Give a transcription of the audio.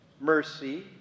mercy